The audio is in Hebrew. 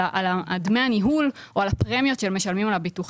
אלא על דמי הניהול או על הפרמיות שהם משלמים על הביטוחים.